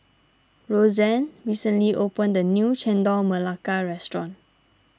Roseann recently opened a new Chendol Melaka restaurant